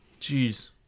Jeez